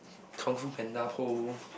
Kungfu-Panda Po